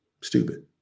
Stupid